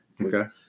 Okay